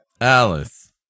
Alice